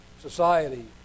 society